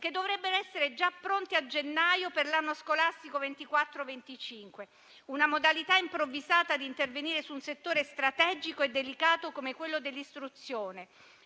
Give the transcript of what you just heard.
che dovrebbero essere già pronti a gennaio, per l'anno scolastico 2024-2025. Una modalità improvvisata di intervenire su un settore strategico e delicato come quello dell'istruzione,